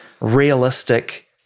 realistic